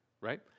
right